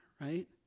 right